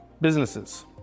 businesses